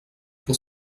pour